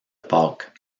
pâques